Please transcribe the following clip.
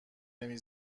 نمی